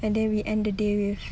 and then we end the day with